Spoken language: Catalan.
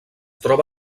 troba